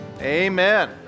Amen